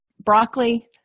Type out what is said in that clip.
broccoli